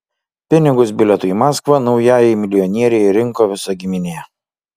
pinigus bilietui į maskvą naujajai milijonierei rinko visa giminė